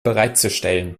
bereitzustellen